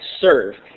serve